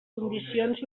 condicions